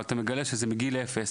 אבל אתה מגלה שזה מגיל אפס.